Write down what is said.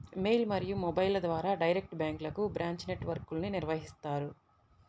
mail మరియు మొబైల్ల ద్వారా డైరెక్ట్ బ్యాంక్లకు బ్రాంచ్ నెట్ వర్క్ను నిర్వహిత్తారు